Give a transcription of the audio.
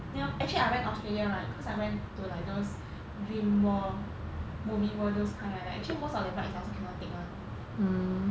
then hor actually I went australia right cause I went to like those dream world movie world those kind like that actually most of the rides I also cannot take [one]